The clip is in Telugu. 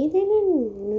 ఏదైనను